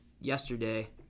Yesterday